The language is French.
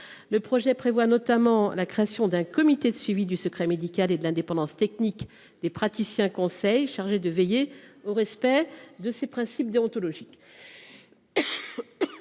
de réforme prévoit notamment la création d’un comité de suivi du secret médical et de l’indépendance technique des praticiens conseils, chargé de veiller au respect de ces principes déontologiques.